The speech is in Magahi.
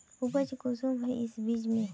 उपज कुंसम है इस बीज में?